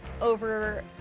over